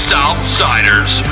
Southsiders